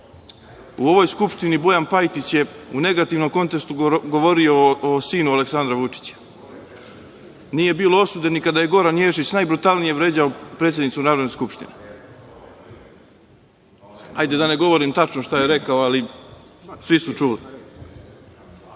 ovoj Skupštini Bojan Pajtić je u negativnom kontekstu govorio o sinu Aleksandra Vučića. Nije bilo osude ni kada je Goran Ješić najbrutalnije vređao predsednicu Narodne skupštine. Da ne govorim tačno šta je rekao, ali svi su čuli